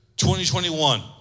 2021